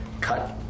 cut